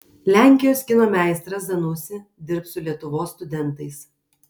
lenkijos kino meistras zanussi dirbs su lietuvos studentais